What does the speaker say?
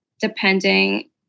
depending